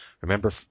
Remember